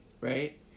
right